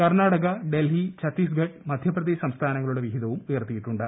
കർണ്ണാടക ഡൽഹി ഛത്തീസ്ഗഢ് മധ്യപ്രദേശ് സംസ്ഥാനങ്ങളുടെ വിഹിതവും ഉയർത്തിയിട്ടുണ്ട്